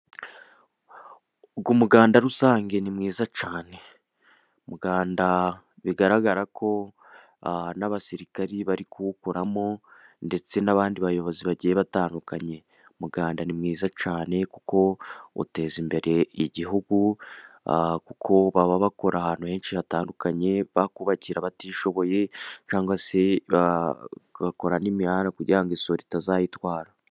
Umuganda rusange ni mwiza cyane. Umuganda bigaragara ko n'abasirikari bari kuwukoramo, ndetse n'abandi bayobozi bagiye batandukanye. Umuganda ni mwiza cyane, kuko uteza imbere igihugu, kuko baba bakora ahantu henshi hatandukanye, bakubakira abatishoboye, cyangwa se bagakora n'imihanda kugira isuri itazayitwara.